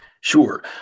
Sure